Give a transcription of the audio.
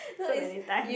so many times